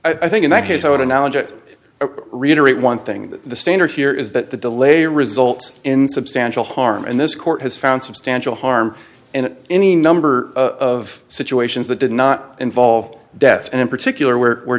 i think in that case i would analogize reiterate one thing that the standard here is that the delay results in substantial harm and this court has found substantial harm and any number of situations that did not involve death and in particular where were